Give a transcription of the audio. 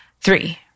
Three